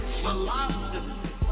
philosophy